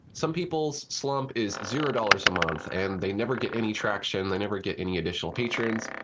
some people's slump is zero dollars a month, and they never get any traction. they never get any additional patrons,